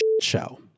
show